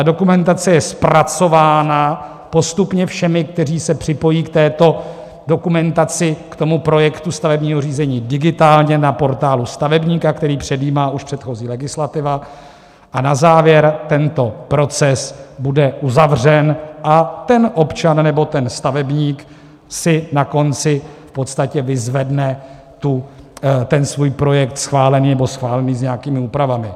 Dokumentace je zpracována postupně všemi, kteří se připojí k této dokumentaci, k tomu projektu stavebního řízení digitálně na Portálu stavebníka, který předjímá už předchozí legislativa, a na závěr tento proces bude uzavřen a občan nebo stavebník si na konci v podstatě vyzvedne svůj projekt schválený nebo schválený s nějakými úpravami.